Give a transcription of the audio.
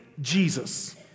Jesus